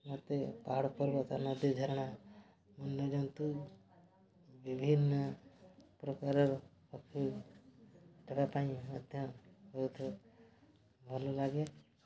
ମୋତେ ପାହାଡ଼ ପର୍ବତ ନଦୀ ଝାରଣା ବନ୍ୟଜନ୍ତୁ ବିଭିନ୍ନ ପ୍ରକାରର ପକ୍ଷୀମାନଙ୍କ ପାଇଁ ମଧ୍ୟ ବହୁତ ଭଲଲାଗେ